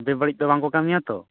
ᱵᱮᱵᱟᱹᱲᱤᱡ ᱫᱚ ᱵᱟᱝᱠᱚ ᱠᱟᱹᱢᱤᱭᱟᱛᱚ